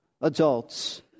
adults